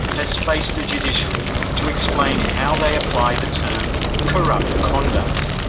has faced the judiciary to explain how they apply the term corrupt conduct.